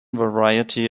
variety